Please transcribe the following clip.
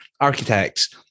architects